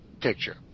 picture